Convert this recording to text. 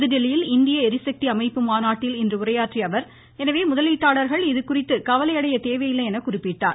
புதுதில்லியில் இந்திய எரிசக்தி அமைப்பு மாநாட்டில் இன்று உரையாற்றியஅவர் எனவே முதலீட்டாளர்கள் இதுகுறித்து கவலை அடைய தேவையில்லை என்று குறிப்பிட்டார்